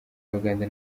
abagande